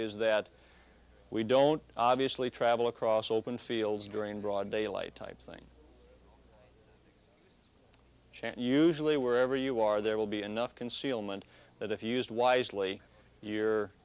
is that we don't obviously travel across open fields during broad daylight type thing chant usually wherever you are there will be enough concealment that if used wisely you